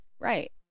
Right